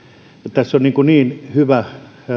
tässä on hyvä